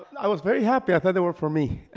i was very happy, i thought they were for me